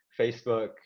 facebook